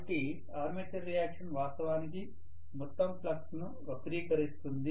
కాబట్టి armature reaction వాస్తవానికి మొత్తం ఫ్లక్స్ ను వక్రీకరిస్తుంది